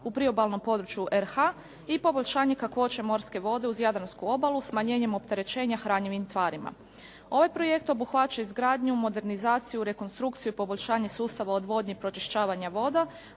u priobalnom području RH-a i poboljšanje kakvoće morske vode uz Jadransku obalu, smanjenjem opterećenja hranjivim tvarima. Ovaj projekt obuhvaća izgradnju, modernizaciju, rekonstrukciju, poboljšanje sustava odvodnje i pročišćavanja voda